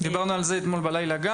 דיברנו על זה אתמול בלילה,